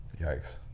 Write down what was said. Yikes